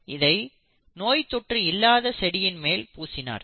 இதை நோய் தொற்று இல்லாத செடியின் மேல் பூசினார்